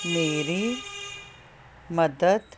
ਮੇਰੀ ਮਦਦ